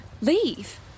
Leave